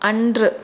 அன்று